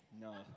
No